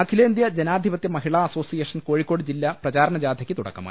അഖിലേന്ത്യാ ജനാധിപത്യ മഹിളാ അസോസിയേഷ ൻ കോഴിക്കോട് ജില്ലാ പ്രചാരണ ജാഥയ്ക്ക് തുടക്കമായി